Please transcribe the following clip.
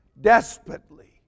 desperately